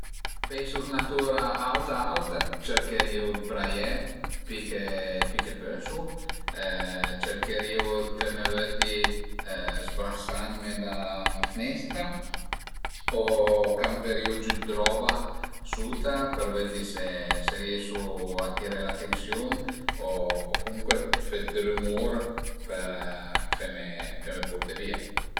Feisu sü üna tur auta auta cercherìu d'braié pi che pi che pösu, cercherìu d'feme vëddi sbrasandme da la fnestra o camperìu giü r'roba suta për vëddi se riesu a atirè l'atensiun o comuncue fe d'rümur për feme feme purté via